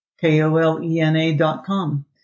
k-o-l-e-n-a.com